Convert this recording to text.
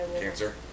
Cancer